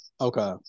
Okay